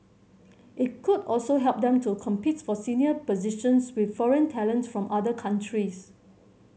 it could also help them to compete for senior positions with foreign talent from other countries